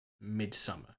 Midsummer